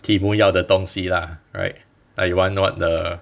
题目要的东西啦 right like you want what the